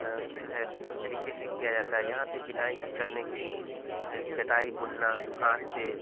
جو ہے طریقے سے کیا جاتا ہے یہاں پہ بنائی کرنے کی جو ہے چٹائی بننا ہاتھ سے